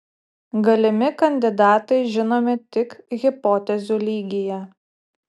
galimi kandidatai žinomi tik hipotezių lygyje